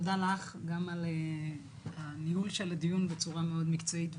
תודה לך גם על הניהול של הדיון עצמו בצורה מאוד מקצועית,